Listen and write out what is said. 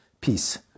peace